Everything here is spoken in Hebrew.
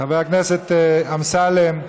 חבר הכנסת אמסלם,